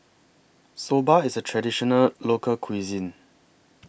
Soba IS A Traditional Local Cuisine